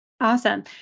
Awesome